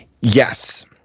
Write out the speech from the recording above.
Yes